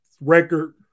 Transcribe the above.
record